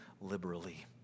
liberally